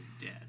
dead